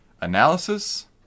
analysis